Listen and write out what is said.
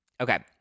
Okay